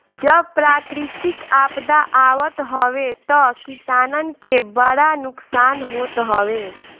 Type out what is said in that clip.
जब प्राकृतिक आपदा आवत हवे तअ किसानन के बड़ा नुकसान होत हवे